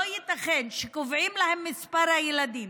לא ייתכן שקובעים להן את מספר הילדים,